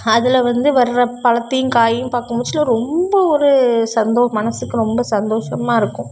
அதில் வந்து வர்ற பழத்தையும் காயையும் பார்க்கும் புதுசில் ரொம்ப ஒரு சந்தோச மனசுக்கு ரொம்ப சந்தோஷமாக இருக்கும்